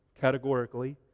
categorically